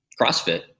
CrossFit